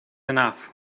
enough